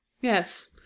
Yes